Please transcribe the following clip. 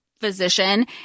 physician